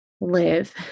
live